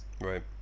right